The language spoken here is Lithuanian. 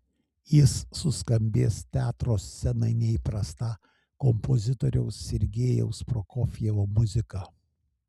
jis suskambės teatro scenai neįprasta kompozitoriaus sergejaus prokofjevo muzika